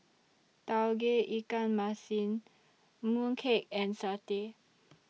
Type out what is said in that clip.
Tauge Ikan Masin Mooncake and Satay